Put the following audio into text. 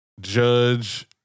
judge